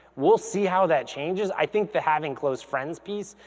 we'll see how that changes. i think the having close friends piece,